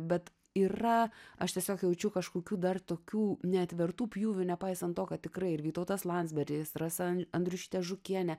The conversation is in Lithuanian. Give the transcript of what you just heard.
bet yra aš tiesiog jaučiu kažkokių dar tokių neatvertų pjūvių nepaisant to kad tikrai ir vytautas landsberis rasa an andriušytė žukienė